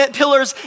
pillars